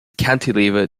cantilever